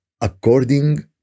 according